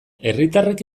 herritarrek